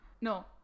No